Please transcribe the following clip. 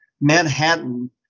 manhattan